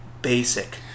basic